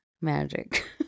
magic